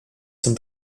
zum